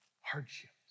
hardships